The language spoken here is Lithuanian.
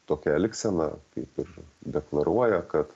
tokia elgsena kaip ir deklaruoja kad